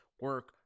Work